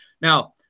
Now